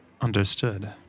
Understood